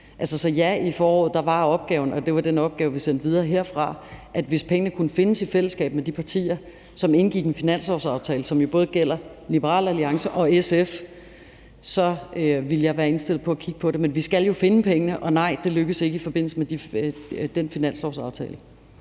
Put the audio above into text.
Så ja, i foråret var det opgaven, og det var den opgave, vi sendte videre herfra; hvis pengene kunne findes i fællesskab med de partier, som indgik en finanslovsaftale, som jo både gælder Liberal Alliance og SF, så ville jeg være indstillet på at kigge på det, men vi skal jo finde pengene, og nej, det lykkedes ikke i forbindelse med den finanslovsaftale.